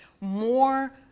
more